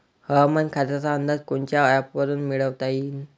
हवामान खात्याचा अंदाज कोनच्या ॲपवरुन मिळवता येईन?